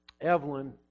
Evelyn